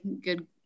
good